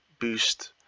boost